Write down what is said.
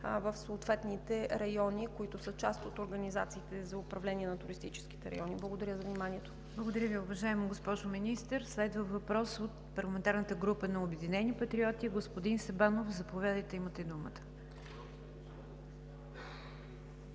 в съответните райони, които са част от организациите за управление на туристическите райони. Благодаря за вниманието. ПРЕДСЕДАТЕЛ НИГЯР ДЖАФЕР: Благодаря Ви, уважаема госпожо Министър. Следва въпрос от парламентарната група на „Обединени патриоти“. Господин Сабанов, заповядайте – имате думата.